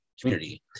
community